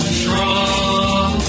strong